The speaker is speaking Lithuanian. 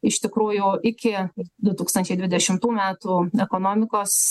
iš tikrųjų iki du tūkstančiai dvidešimtų metų metų ekonomikos